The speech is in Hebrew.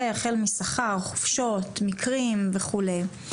החל משכר, חופשות, מקרים וכו'.